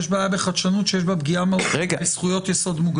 יש בעיה בחדשנות שיש בה פגיעה מהותית בזכויות יסוד.